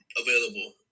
available